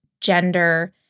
gender